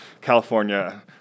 California